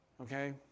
Okay